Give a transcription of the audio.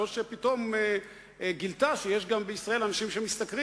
זו שפתאום גילתה שיש בישראל גם אנשים שמשתכרים